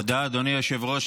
תודה, אדוני היושב-ראש.